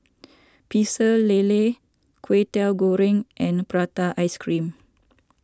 Pecel Lele Kway Teow Goreng and Prata Ice Cream